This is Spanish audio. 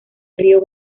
río